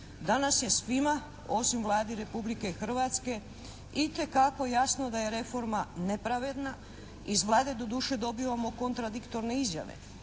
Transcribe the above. Danas je svima, osim Vladi Republike Hrvatske itekako jasno da je reforma nepravedna. Iz Vlade doduše dobivamo kontradiktorne izjave.